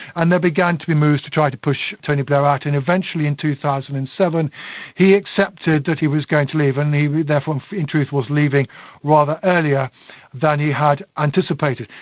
and there began to be moves to try to push tony blair out. and eventually in two thousand and seven he accepted that he was going to leave and he therefore in truth was leaving rather earlier than he had anticipated.